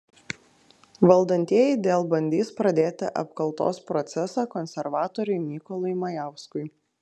valdantieji dėl bandys pradėti apkaltos procesą konservatoriui mykolui majauskui